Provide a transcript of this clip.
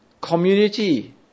community